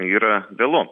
yra vėlu